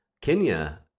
Kenya